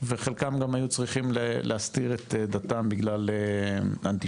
וחלקם גם היו צריכים להסתיר את דתם בגלל אנטישמיות.